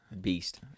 Beast